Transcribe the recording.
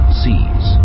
seas